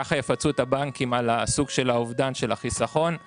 כך יפצו את הבנקים על האובדן של החיסכון;